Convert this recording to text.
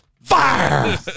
fire